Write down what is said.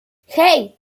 hey